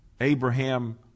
Abraham